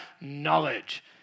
knowledge